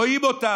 רואים אותם,